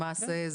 למעשה.